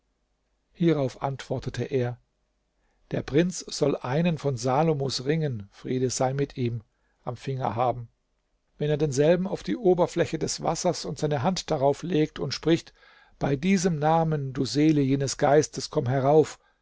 hierauf antwortete er der prinz soll einen von salomos ringen friede sei mit ihm am finger haben wenn er denselben auf die oberfläche des wassers und seine hand darauf legt und spricht bei diesem namen du seele jenes geistes komm herauf